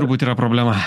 turbūt yra problema